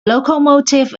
locomotive